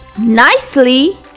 nicely